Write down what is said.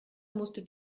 musste